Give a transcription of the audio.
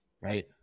right